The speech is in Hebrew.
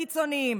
את הקיצוניים,